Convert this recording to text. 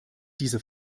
diese